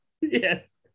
Yes